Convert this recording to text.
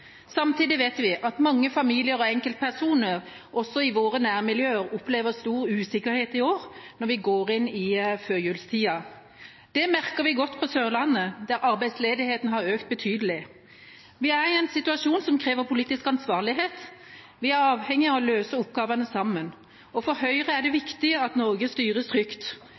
Samtidig vet vi at mange familier og enkeltpersoner også i våre nærmiljøer opplever stor usikkerhet i år, når vi nå går inn i førjulstida. Det merker vi godt på Sørlandet, der arbeidsledigheten har økt betydelig. Vi er i en situasjon som krever politisk ansvarlighet. Vi er avhengig av å løse oppgavene sammen. For Høyre er det viktig at Norge styres trygt.